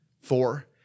Four